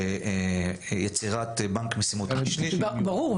יצרת בנק משימות --- ברור,